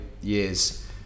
years